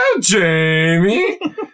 Jamie